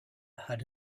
had